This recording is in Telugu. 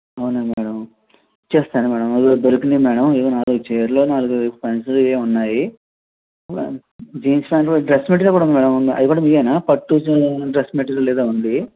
అవునా మేడం ఇచ్చేస్తాను మేడం ఇదిగో దొరికాయి మేడం ఏవో నాలుగు చీరలు నాలుగు పంచెలు ఏవో ఉన్నాయి జీన్స్ ప్యాంట్లు డ్రెస్ మెటీరియల్ కూడా ఉన్నాయి అవి కూడా మీవేనా పట్టు డ్రెస్ మెటీరియల్ ఏదో ఉంది